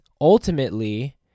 ultimately